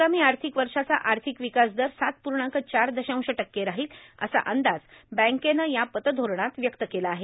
आगामी आर्थिक वर्षाचा आर्थिक विकास दर सात पूर्णांक चार दशांश टक्के राहील असा अंदाज बँकेनं या पतधोरणात व्यक्त केला आहे